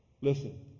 Listen